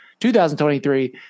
2023